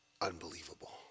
unbelievable